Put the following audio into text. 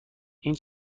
این